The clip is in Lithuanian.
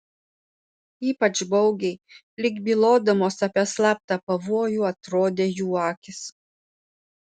ypač baugiai lyg bylodamos apie slaptą pavojų atrodė jų akys